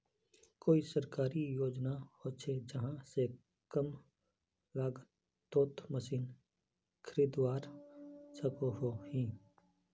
कोई सरकारी योजना होचे जहा से कम लागत तोत मशीन खरीदवार सकोहो ही?